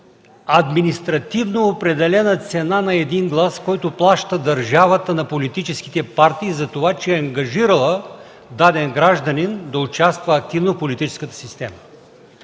административно определена цена на един глас, който плаща държавата на политическите партии затова, че е ангажирала даден гражданин да участва активно в политическата система.